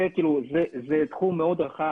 זה תחום מאוד רחב,